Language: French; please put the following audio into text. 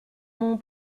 mon